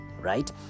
right